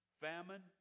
famine